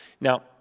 Now